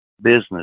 business